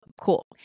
cool